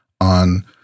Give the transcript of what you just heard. on